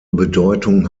bedeutung